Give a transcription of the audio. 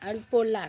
and Poland